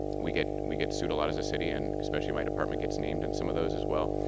we get we get sued a lot as a city and especially my department gets named in some of those as well,